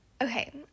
Okay